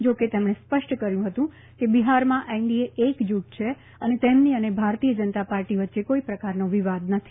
જા કે તેમણે સ્પષ્ટ કર્યુ હતું કે બિહારમાં એનડીએ એકજુટ છે અને તેમની અને ભારતીય જનતા પાર્ટી વચ્ચે કોઈ પ્રકારનો વિવાદ નથી